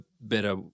better